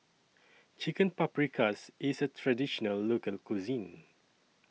Chicken Paprikas IS A Traditional Local Cuisine